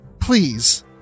please